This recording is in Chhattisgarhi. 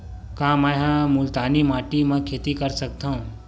का मै ह मुल्तानी माटी म खेती कर सकथव?